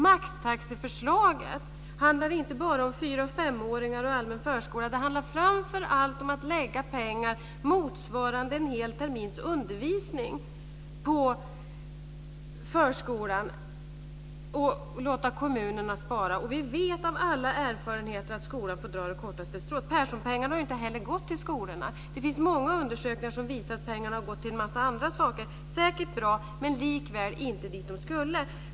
Maxtaxeförslaget handlar inte bara om fyra och femåringar och om allmän förskola. Det handlar framför allt om att man lägger ned pengar på förskolan motsvarande en hel termins undervisning och låter kommunerna spara. Vi vet av erfarenhet att skolan får dra det kortaste strået. Perssonpengarna har ju inte heller gått till skolorna. Det finns många undersökningar som visar att pengarna har gått till en massa andra saker. Det är säkert bra, men de har likväl inte gått dit de skulle.